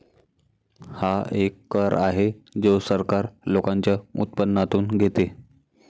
हा एक कर आहे जो सरकार लोकांच्या उत्पन्नातून घेते